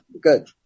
Good